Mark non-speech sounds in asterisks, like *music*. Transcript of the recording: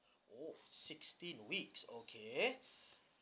oh sixteen weeks okay *breath*